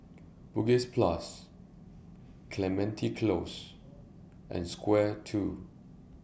Bugis Plus Clementi Close and Square two